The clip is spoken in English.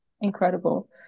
incredible